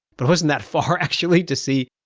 but it wasn't that far, actually, to see,